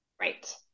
right